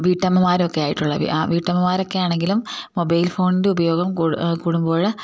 വീട്ടമ്മമാരൊക്കെ ആയിട്ടുള്ള ആ വീട്ടമ്മമാരൊക്കെ ആണെങ്കിലും മൊബൈൽ ഫോണിൻ്റെ ഉപയോഗം കൂടുമ്പോൾ